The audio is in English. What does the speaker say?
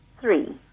three